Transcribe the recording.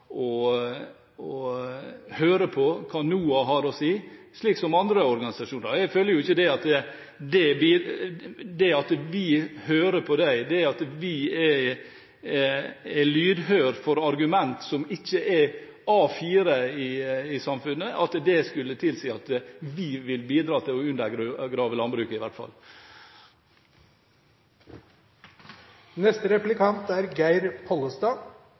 med å høre på hva NOAH har å si, slik som med andre organisasjoner. Jeg føler ikke at det at vi hører på dem, at vi er lydhøre for argumenter som ikke er A4 i samfunnet, tilsier at vi vil bidra til å undergrave landbruket. Jeg registrerer at både Venstre og Kristelig Folkeparti veksler litt mellom å henvise til hva de har fått til i